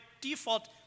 default